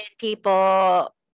people